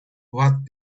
what